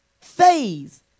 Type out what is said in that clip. phase